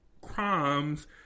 crimes